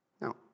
Now